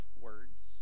words